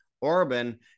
Orban